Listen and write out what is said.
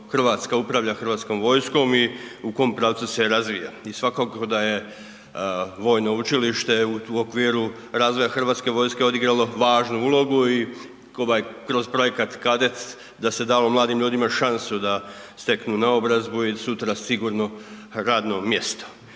Hrvatska upravlja Hrvatskom vojskom i u kom pravcu se razvija i svakako da je vojno učilište u okviru razvoja Hrvatske vojske odigralo važnu ulogu i ovaj kroz projekat Kadet da se dalo mladim ljudima šansu da steknu naobrazbu i sutra sigurno radno mjesto.